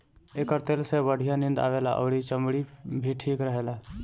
एकर तेल से बढ़िया नींद आवेला अउरी चमड़ी भी ठीक रहेला